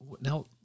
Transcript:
now